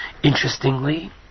Interestingly